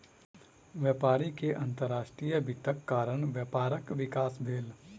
व्यापारी के अंतर्राष्ट्रीय वित्तक कारण व्यापारक विकास भेल